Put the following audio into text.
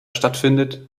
stattfindet